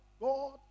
God